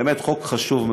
באמת חוק חשוב.